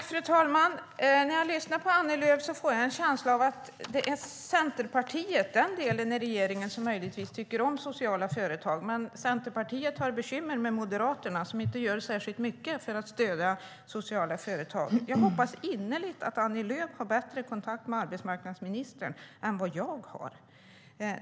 Fru talman! När jag lyssnar på Annie Lööf får jag en känsla av att det är Centerpartiet i regeringen som möjligtvis tycker om sociala företag. Men Centerpartiet har bekymmer med Moderaterna som inte gör särskilt mycket för att stödja sociala företag. Jag hoppas innerligt att Annie Lööf har bättre kontakt med arbetsmarknadsministern än vad jag har.